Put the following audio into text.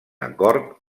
acord